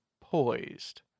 poised